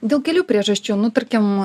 dėl kelių priežasčių nu tarkim